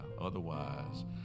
Otherwise